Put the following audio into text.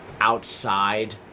outside